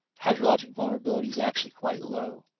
hydrologic vulnerability is actually quite low.